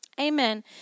Amen